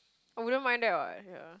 I wouldn't mind that what ya